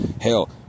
hell